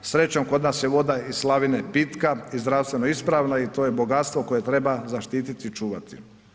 Srećom kod nas je voda iz slavine pitka i zdravstveno ispravna i to je bogatstvo koje treba zaštititi i čuvati.